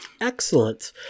excellent